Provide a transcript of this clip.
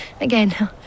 again